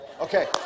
Okay